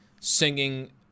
singing